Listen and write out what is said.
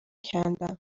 کندم